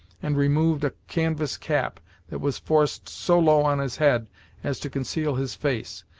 and removed a canvass cap that was forced so low on his head as to conceal his face,